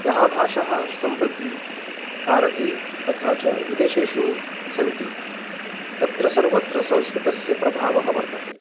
याः भाषाः सम्प्रति भारते तथा च विदेशेषु सन्ति तत्र सर्वत्र संस्कृतस्य प्रभावः वर्तते